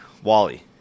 Wally